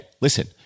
listen